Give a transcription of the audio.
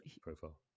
profile